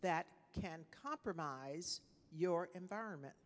that can compromise your environment